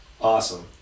Awesome